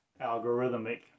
algorithmic